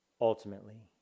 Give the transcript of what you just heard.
ultimately